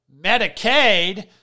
Medicaid